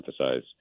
emphasize